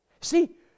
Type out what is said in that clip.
See